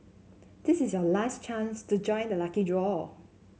this is your last chance to join the lucky draw